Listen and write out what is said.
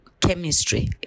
chemistry